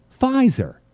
Pfizer